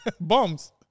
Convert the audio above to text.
Bums